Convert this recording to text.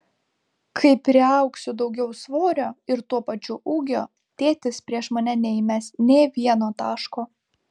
kai priaugsiu daugiau svorio ir tuo pačiu ūgio tėtis prieš mane neįmes nė vieno taško